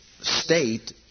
state